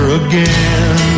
again